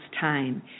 time